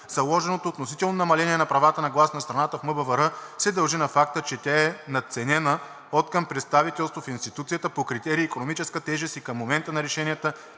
Заложеното относително намаление на правата на глас на страната в МБВР се дължи на факта, че тя е надценена откъм представителство в институцията по критерий икономическа тежест и към момента на решенията